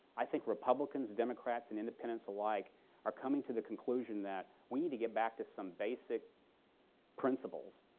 i think republicans, democrats, and independents alike are coming to the conclusion that we need to get back to some basic principles.